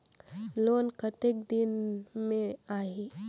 Loan कतेक दिन मे आही?